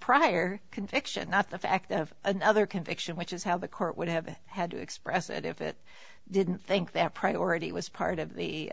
prior conviction not the fact of another conviction which is how the court would have had to express it if it didn't think that priority was part of the